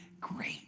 great